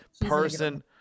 person